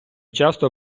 часто